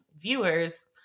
viewers